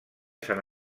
sant